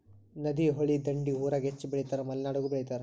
ನದಿ, ಹೊಳಿ ದಂಡಿ ಊರಾಗ ಹೆಚ್ಚ ಬೆಳಿತಾರ ಮಲೆನಾಡಾಗು ಬೆಳಿತಾರ